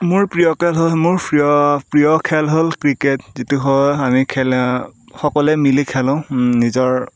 মোৰ প্ৰিয় মোৰ ফ্ৰিয় মোৰ প্ৰিয় খেল হ'ল ক্ৰিকেট যিটো হ'ল আমি খেলা সকলোৱে মিলি খেলোঁ নিজৰ